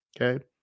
okay